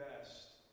best